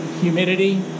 humidity